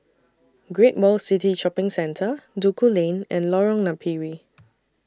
Great World City Shopping Centre Duku Lane and Lorong Napiri